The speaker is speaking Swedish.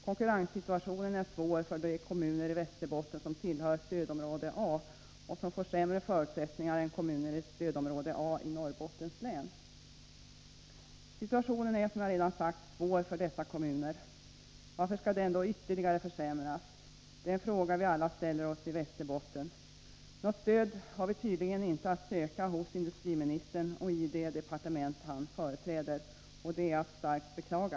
Konkurrenssituationen är svår för de kommuner i Västerbotten som tillhör stödområde A och som får sämre förutsättningar än kommuner i stödområde A i Norrbottens län. Situationen är som sagt redan svår för dessa kommuner. Varför skall den då ytterligare försämras? Det är en fråga som vi alla ställer oss i Västerbotten. Något stöd har vi tydligen inte att söka hos industriministern och det departement han företräder, och det är att starkt beklaga.